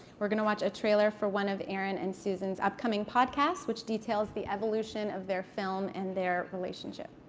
we're going to watch a trailer for one of arin and susan's upcoming podcasts which details the evolution of their film and their relationship.